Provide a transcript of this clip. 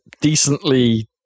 decently